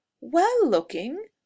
well-looking